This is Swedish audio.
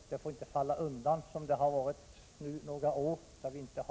Landet får inte falla undan från vårt medvetande, som det har varit nu några år — vi har inte